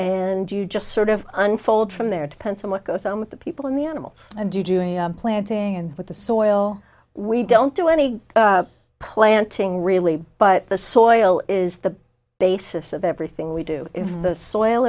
and you just sort of unfold from there it depends on what goes on with the people in the animals and you doing planting and with the soil we don't do any planting really but the soil is the basis of everything we do in the soil